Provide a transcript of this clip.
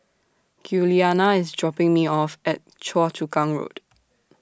Giuliana IS dropping Me off At Choa Chu Kang Road